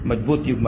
मजबूत युग्मन